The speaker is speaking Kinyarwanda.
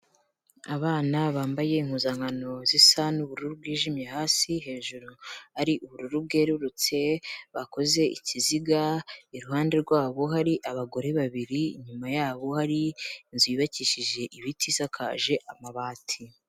Abana bambaye impuzankano zisa n'ubururu bwijimye hasi, hejuru ari ubururu bwerurutse, bakoze ikiziga, iruhande rwabo hari abagore babiri, inyuma yabo hari inzu yubakishije ibiti isakaje amabati.